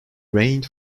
reigned